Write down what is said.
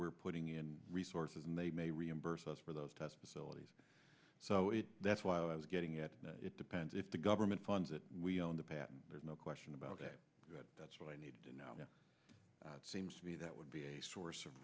we're putting in resources and they may reimburse us for those tests phyllis so if that's why i was getting at it depends if the government funds it we own the patent there's no question about that but that's what i need to do now it seems to me that would be a source of